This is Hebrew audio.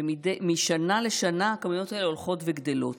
ומשנה לשנה הכמויות האלה הולכות וגדלות.